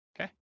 Okay